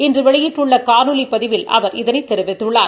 இன்று வெளியிட்டுள்ள காணொலி பதிவில் அவர் இதனை தெரிவித்துள்ளார்